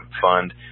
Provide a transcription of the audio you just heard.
fund